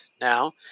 now